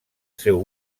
seu